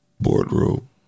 boardroom